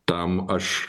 tam aš